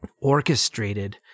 orchestrated